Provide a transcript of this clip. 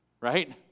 right